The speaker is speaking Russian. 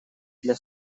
для